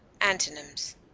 Antonyms